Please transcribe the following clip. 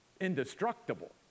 indestructible